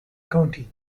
county